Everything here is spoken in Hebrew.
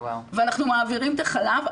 ואנחנו מעבירים את החלב,